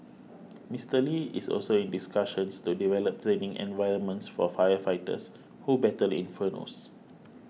Mister Lee is also in discussions to develop training environments for firefighters who battle infernos